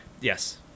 Yes